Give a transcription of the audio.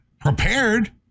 prepared